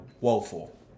woeful